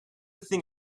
thing